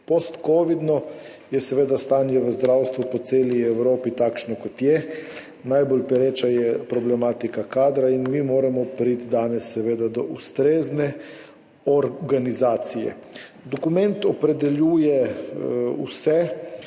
Postkovidno je seveda stanje v zdravstvu po celi Evropi takšno, kot je. Najbolj pereča je problematika kadra in mi moramo priti danes do ustrezne organizacije. Dokument opredeljuje vse